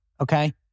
okay